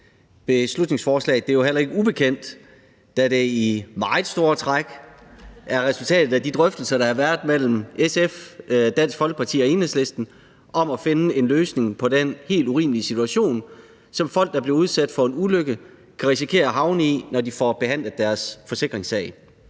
Beslutningsforslaget er heller ikke ubekendt, da det i meget store træk er resultatet af de drøftelser, der har været mellem SF, Dansk Folkeparti og Enhedslisten, om at finde en løsning på den helt urimelige situation, som folk, der bliver udsat for en ulykke, kan risikere at havne i, når de får behandlet deres forsikringssag.